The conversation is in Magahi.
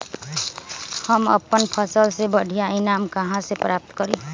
हम अपन फसल से बढ़िया ईनाम कहाँ से प्राप्त करी?